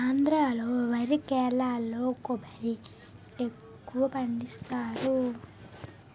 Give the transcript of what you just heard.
ఆంధ్రా లో వరి కేరళలో కొబ్బరి ఎక్కువపండిస్తారు